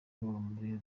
urumuri